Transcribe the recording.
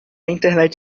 internet